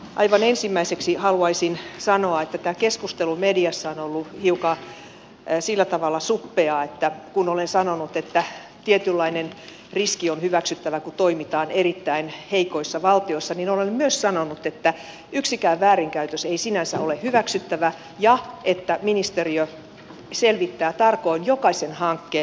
aivan ensimmäiseksi haluaisin sanoa että tämä keskustelu mediassa on ollut sillä tavalla hiukan suppeaa että kun olen sanonut että tietynlainen riski on hyväksyttävä kun toimitaan erittäin heikoissa valtioissa niin olen myös sanonut että yksikään väärinkäytös ei sinänsä ole hyväksyttävä ja että ministeriö selvittää tarkoin jokaisen hankkeen